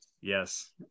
yes